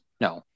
no